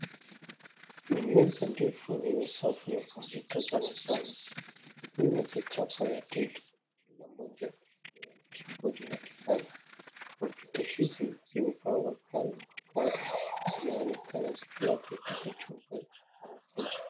Ni meza ndefu yenye safu ya kompyuta za mezani, nne za chapa ya Deli. Kila mmoja ikiwa na kifundi na kipanya. Kompyuta hizi zimepangwa kando kwa kando. Zinaonekana zikiwa katika chumba cha mafunzo.